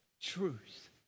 truth